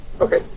Okay